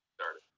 Started